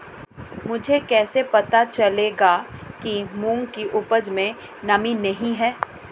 मुझे कैसे पता चलेगा कि मूंग की उपज में नमी नहीं है?